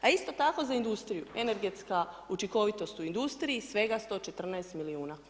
A isto tako za industriju, energetska učinkovitost u industriji svega 114 milijuna kuna.